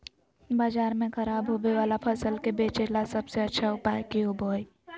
बाजार में खराब होबे वाला फसल के बेचे ला सबसे अच्छा उपाय की होबो हइ?